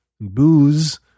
Booze